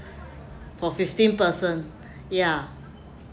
for fifteen person ya